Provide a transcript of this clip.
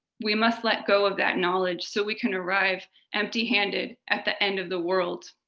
we must let go of that knowledge so we can arrive empty-handed at the end of the world,